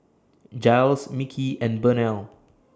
Jiles Micky and Burnell